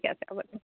ঠিকে আছে হ'ব দিয়ক